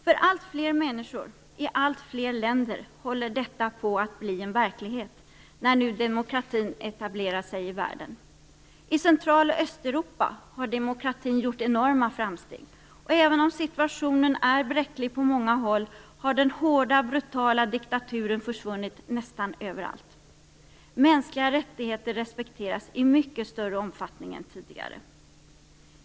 För alltfler människor i alltfler länder håller detta på att bli verklighet, när nu demokratin etablerar sig i världen. I Central och Östeuropa har demokratin gjort enorma framsteg, och även om situationen är bräcklig på många håll har den hårda, brutala diktaturen försvunnit nästan överallt. Mänskliga rättigheter respekteras i mycket större omfattning än tidigare.